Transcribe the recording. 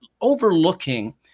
overlooking